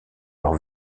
leur